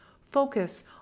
focus